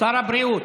שר הבריאות,